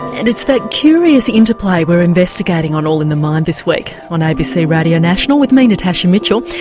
and it's that curious interplay we're investigating on all in the mind this week on abc radio national with me natasha mitchell,